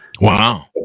Wow